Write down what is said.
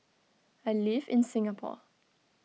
I live in Singapore